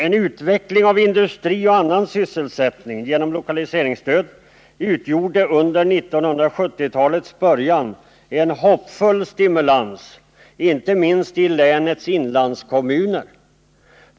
En utveckling av industri och annan sysselsättning genom lokaliseringsstöd utgjorde under 1970-talets början en hoppfull stimulans, inte minst ilänets inlandskommuner.